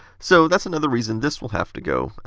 so that's another reason this will have to go.